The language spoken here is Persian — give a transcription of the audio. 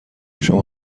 شما